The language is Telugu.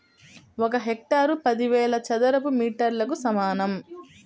ఒక హెక్టారు పదివేల చదరపు మీటర్లకు సమానం